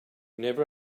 never